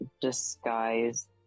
Disguise